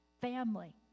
Family